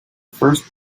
first